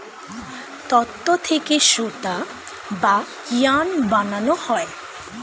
তন্তু থেকে সুতা বা ইয়ার্ন বানানো হয়